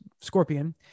Scorpion